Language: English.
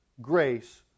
grace